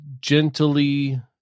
gently